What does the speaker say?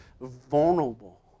vulnerable